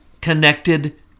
connected